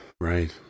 right